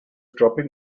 dropping